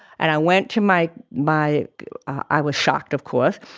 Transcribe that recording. and i went to my, my i was shocked, of course.